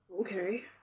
Okay